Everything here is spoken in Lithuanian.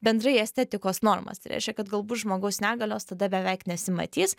bendrai estetikos normas tai reiškia kad galbūt žmogaus negalios tada beveik nesimatys